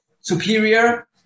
superior